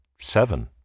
Seven